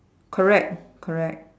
correct correct